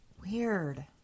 Weird